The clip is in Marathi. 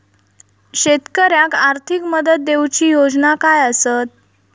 शेतकऱ्याक आर्थिक मदत देऊची योजना काय आसत?